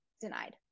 denied